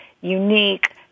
unique